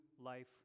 life